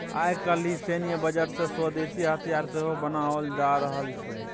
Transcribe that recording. आय काल्हि सैन्य बजट सँ स्वदेशी हथियार सेहो बनाओल जा रहल छै